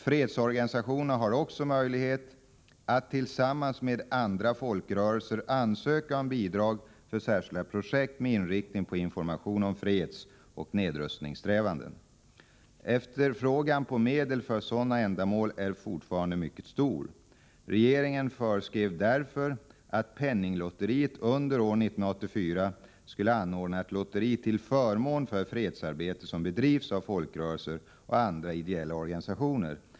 Fredsorganisationerna har också möjlighet att tillsammans med andra folkrörelser ansöka om bidrag för särskilda projekt med inriktning på information om fredsoch nedrustningssträvanden. Efterfrågan på medel för sådana ändamål är fortfarande mycket stor. Regeringen föreskrev därför att penninglotteriet under år 1984 skulle anordna ett lotteri till förmån för fredsarbete som bedrivs av folkrörelser och andra ideella organisationer.